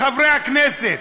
חברי הכנסת,